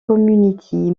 community